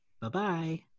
Bye-bye